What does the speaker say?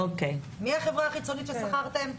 מי החברה החיצונית ששכרתם?